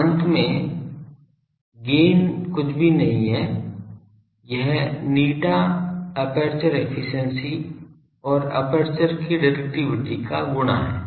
तो अंत में गेन कुछ भी नहीं है यह η एपर्चर एफिशिएंसी और एपर्चर की डिरेक्टिविटी का गुणा है